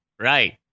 Right